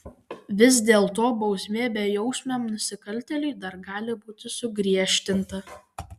vis dėlto bausmė bejausmiam nusikaltėliui dar gali būti sugriežtinta